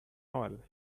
oil